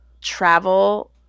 travel